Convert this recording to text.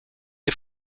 est